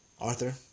Arthur